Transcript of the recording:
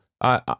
I